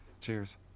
cheers